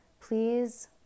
please